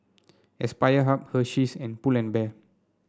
Aspire Hub Hersheys and Pull and Bear